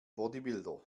bodybuilder